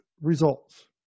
results